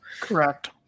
correct